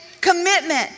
commitment